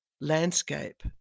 landscape